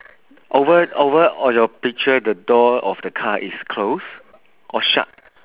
over over on your picture the door of the car is close or shut